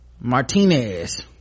Martinez